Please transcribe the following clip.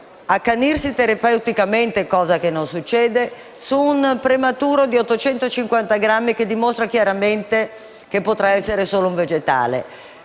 accanirsi terapeuticamente - cosa che non succede - su un prematuro di 850 grammi che dimostra chiaramente che potrà essere solo un vegetale?